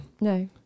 No